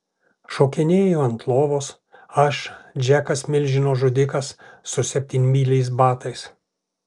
šokinėju ant lovos aš džekas milžino žudikas su septynmyliais batais